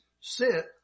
sit